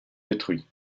détruits